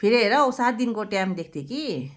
फेरि हेर औ सात दिनको टाइम दिएको थिएँ कि